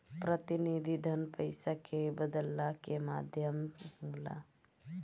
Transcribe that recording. प्रतिनिधि धन पईसा के बदलला के माध्यम होला